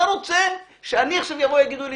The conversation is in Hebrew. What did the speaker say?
אתה רוצה שאני עכשיו יגידו לי,